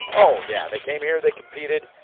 oh yeah, they came here, they competed.